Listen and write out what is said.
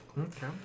Okay